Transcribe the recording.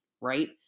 right